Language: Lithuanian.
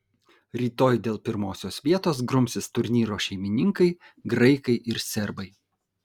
rytoj dėl pirmosios vietos grumsis turnyro šeimininkai graikai ir serbai